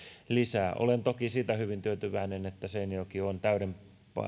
lisää olen toki siitä hyvin tyytyväinen että seinäjoki on täyden